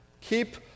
keep